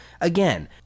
again